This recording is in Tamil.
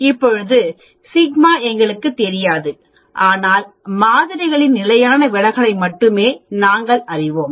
இப்போது σ எங்களுக்குத் தெரியாது ஆனால் மாதிரிகளின் நிலையான விலகலை மட்டுமே நாங்கள் அறிவோம்